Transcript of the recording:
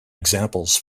examples